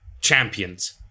champions